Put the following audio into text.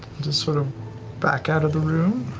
just sort of back out of the room.